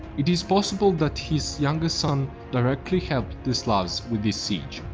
it is possible that his younger son directly helped the slavs with this siege.